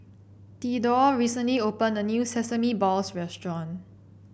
Thedore recently opened a new Sesame Balls restaurant